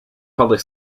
public